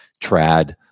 Trad